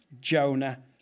Jonah